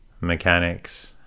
mechanics